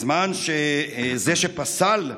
שבזמן שזה שפסל,